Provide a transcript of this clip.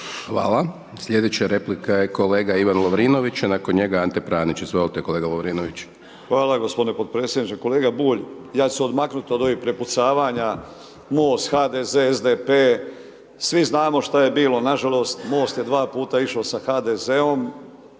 Hvala. Sljedeća replika je kolega Ivan Lovrinović, nakon njega Ante Pranić, izvolite kolega Lovrinović. **Lovrinović, Ivan (Promijenimo Hrvatsku)** Hvala g. potpredsjedniče. Kolega Bulj, aj ću se odmaknuti od ovih prepucavanja Most HDZ SDP, svi znamo što je bilo, nažalost Most je 2 puta išao sa HDZ-om